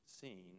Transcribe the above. seen